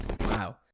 Wow